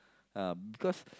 uh because